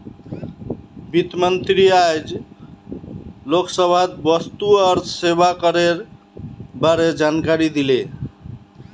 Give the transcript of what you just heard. वित्त मंत्री आइज लोकसभात वस्तु और सेवा करेर बारे जानकारी दिले